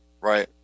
right